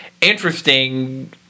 interesting